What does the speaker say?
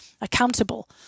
accountable